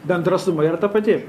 bendra suma yra ta pati